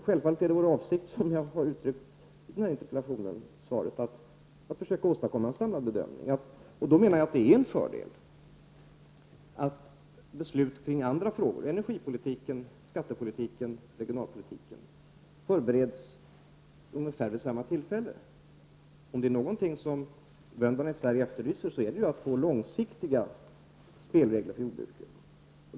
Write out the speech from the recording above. Självfallet är vår avsikt, som jag har uttryckt i interpellationssvaret, att försöka åstadkomma en samlad bedömning. Då menar jag att det är en fördel att beslut kring andra frågor — energipolitiken, skattepolitiken, regionalpolitiken — förbereds vid ungefär samma tillfälle. Om det är någonting som bönderna i Sverige efterlyser, så är det ju att få långsiktiga spelregler för jordbruket.